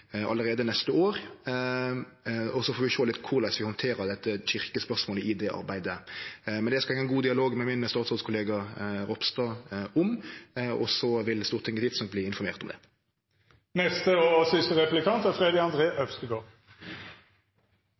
allereie neste år. Så får vi sjå litt på korleis vi handterer kyrkjespørsmålet i det arbeidet. Men det skal eg ha ein god dialog med min statsrådskollega Ropstad om, og så vil Stortinget tidsnok verte informert om det. Et av de viktige kulturminnemålene for 2020 som denne regjeringen ikke når, er